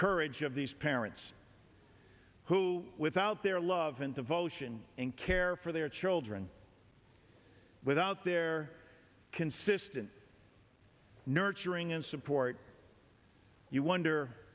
courage of these parents who without their love and devotion and care for their children without their consistent nurturing and support you wonder